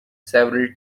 several